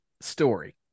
story